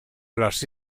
las